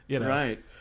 Right